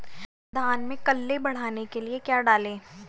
धान में कल्ले बढ़ाने के लिए क्या डालें?